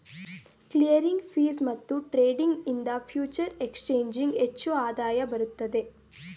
clearing fees ಮತ್ತು trading ಇಂದ ಫ್ಯೂಚರೆ ಎಕ್ಸ್ ಚೇಂಜಿಂಗ್ ಹೆಚ್ಚು ಆದಾಯ ಬರುತ್ತದೆ